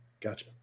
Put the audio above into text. Gotcha